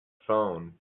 phone